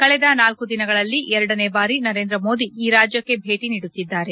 ಕಳೆದ ನಾಲ್ಲು ದಿನದಲ್ಲಿ ಎರಡನೇ ಬಾರಿ ನರೇಂದ್ರ ಮೋದಿ ಈ ರಾಜ್ಯಕ್ಕೆ ಭೇಟಿ ನೀಡುತ್ತಿದ್ದಾರೆ